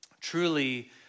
truly